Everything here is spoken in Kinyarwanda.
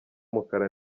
mukara